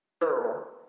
girl